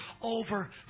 over